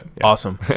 Awesome